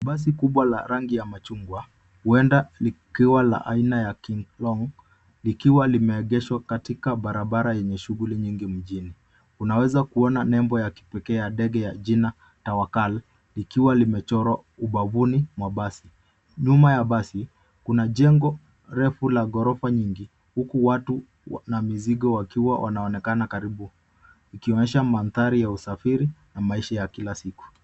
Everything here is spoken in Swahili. Basi kubwa la rangi ya machungwa huenda nikiwa la aina ya Kinglong likiwa limeegeshwa katika barabara yenye shughuli nyingi mjini. Unaweza kuona nembo ya kipekee ya ndege ya jina tawakal likiwa limechorwa ubavuni mwa basi. Nyuma ya basi kuna jengo refu la ghorofa nyingi huku watu na mizigo wakiwa wanaonekana karibu ikionyesha mandhari ya usafiri na maisha ya kila siku.